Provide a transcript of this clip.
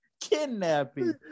kidnapping